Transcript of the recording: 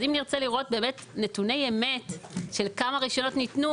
אז אם נרצה לראות נתוני אמת של כמה רישיונות ניתנו